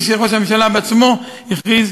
כפי שראש הממשלה בעצמו הכריז,